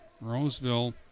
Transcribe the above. Roseville